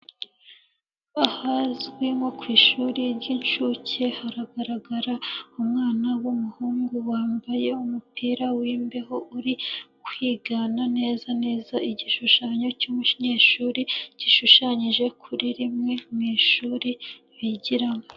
Ahazwi nko ku ishuri ry'incuke, haragaragara umwana w'umuhungu wambaye umupira w'imbeho uri kwigana neza neza igishushanyo cy'umunyeshuri gishushanyije kuri rimwe mu ishuri bigiramo.